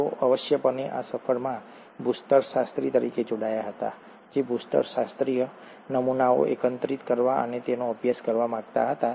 તેઓ આવશ્યકપણે આ સફરમાં ભૂસ્તરશાસ્ત્રી તરીકે જોડાયા હતા જે ભૂસ્તરશાસ્ત્રીય નમૂનાઓ એકત્રિત કરવા અને તેનો અભ્યાસ કરવા માંગતા હતા